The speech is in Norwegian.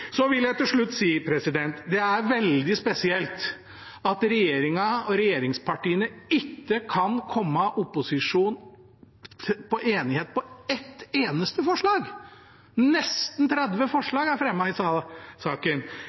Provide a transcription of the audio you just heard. Så vil jeg til slutt si at det er veldig spesielt at regjeringen og regjeringspartiene ikke kan komme til enighet med opposisjonen om ett eneste forslag. Det er fremmet nesten 30 forslag i saken. Det eneste er